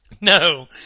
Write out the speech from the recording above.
No